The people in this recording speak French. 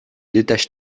détache